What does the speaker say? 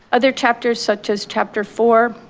other chapters such as chapter four,